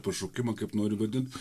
pašaukimą kaip nori vadint